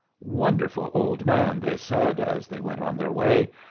wonderful old man, they said as they went on their way,